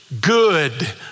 good